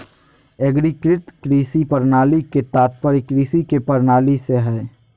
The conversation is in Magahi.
एग्रीकृत कृषि प्रणाली के तात्पर्य कृषि के प्रणाली से हइ